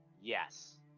Yes